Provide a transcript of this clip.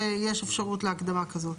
שיש אפשרות להקדמה כזאת.